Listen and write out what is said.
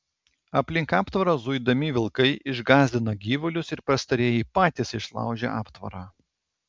aplink aptvarą zuidami vilkai išgąsdina gyvulius ir pastarieji patys išlaužia aptvarą